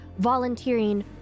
volunteering